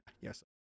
Yes